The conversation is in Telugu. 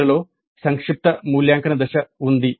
చివరలో సంక్షిప్త మూల్యాంకన దశ ఉంది